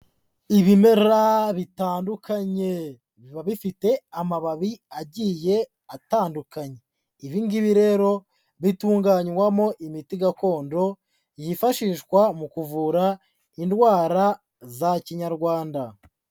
Ibimera bitandukanye biba bifite amababi agiye atandukanye, ibi ngibi rero bitunganywamo imiti gakondo yifashishwa mu kuvura indwara za kinyarwanda.